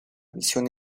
visión